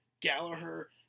Gallagher